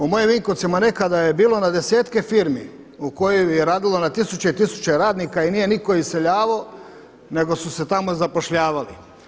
U mojim Vinkovcima nekada je bilo na desetke firme u kojima je radilo na tisuće i tisuće radnika i nije nitko iseljavao, nego su se tamo zapošljavali.